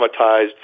traumatized